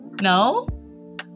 no